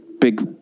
big